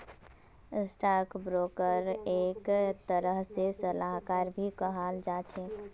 stock ब्रोकरक एक तरह से सलाहकार भी कहाल जा छे